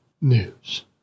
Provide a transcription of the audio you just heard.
news